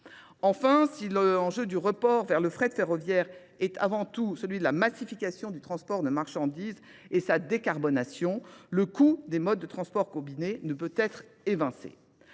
Enfin, si l'enjeu du report vers le frais de ferroviaire est avant tout celui de la massification du transport de marchandises et sa décarbonation, le coût des modes de transports combinés ne peut être évincé.